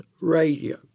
Radio